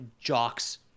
jock's